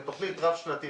ותוכנית רב-שנתית,